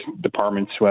departments